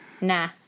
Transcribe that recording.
Nah